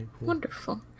Wonderful